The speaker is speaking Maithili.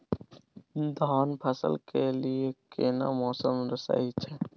धान फसल के लिये केना मौसम सही छै?